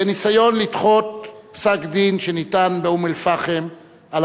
בניסיון לדחות פסק-דין שניתן באום-אל-פחם על